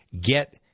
get